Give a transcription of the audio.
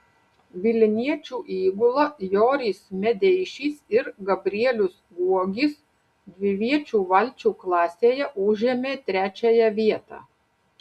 vilniečių įgula joris medeišis ir gabrielius guogis dviviečių valčių klasėje užėmė trečiąją vietą